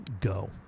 Go